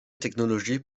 technologies